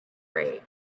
rate